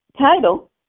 title